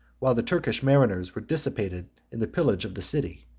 while the turkish mariners were dissipated in the pillage of the city.